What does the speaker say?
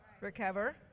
recover